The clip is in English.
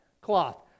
cloth